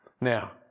Now